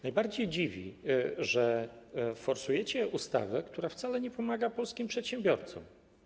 Najbardziej dziwi to, że forsujecie ustawę, która wcale nie pomaga polskim przedsiębiorcom.